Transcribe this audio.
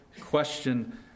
question